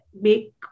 make